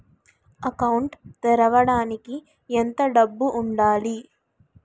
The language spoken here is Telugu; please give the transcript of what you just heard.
అకౌంట్ తెరవడానికి ఎంత డబ్బు ఉండాలి?